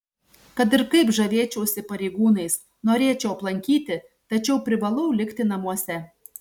kad ir kaip žavėčiausi pareigūnais norėčiau aplankyti tačiau privalau likti namuose